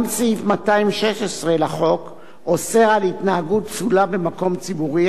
גם סעיף 216 לחוק אוסר התנהגות פסולה במקום ציבורי,